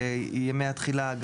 ימי התחילה,